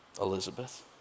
Elizabeth